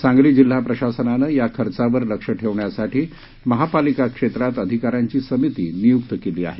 सांगली जिल्हा प्रशासनानं या खर्चावर लक्ष ठेवण्यासाठी महापालिका क्षेत्रात अधिकाऱ्यांची समिती नियुक्त केली आहे